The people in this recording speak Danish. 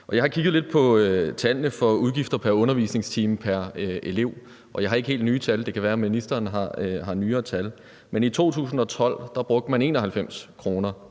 Jeg har kigget lidt på tallene for udgifter pr. undervisningstime pr. elev. Jeg har ikke helt nye tal; det kan være, ministeren har nyere tal. Men i 2012 brugte man 91 kr.